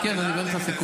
כן, אני באמצע הסיכום.